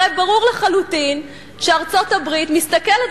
הרי ברור לחלוטין שארצות-הברית מסתכלת,